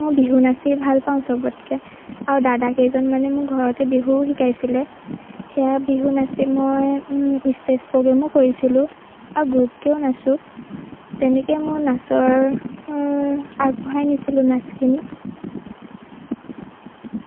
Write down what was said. মই বিহু নাচি ভাল পাওঁ সবতকৈ আৰু দাদা কেইজনমানে মোক ঘৰতে বিহুও শিকাইছিলে সেয়া বিহু নাচি মই ষ্টেজ প্ৰ'গ্ৰেমো কৰিছিলোঁ আৰু গ্ৰুপকৈও নাচোঁ তেনেকৈয়ে মোৰ নাচৰ অৰ আগবঢ়াই নিছিলোঁ নাচখিনি